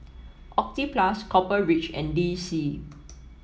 Oxyplus Copper Ridge and D C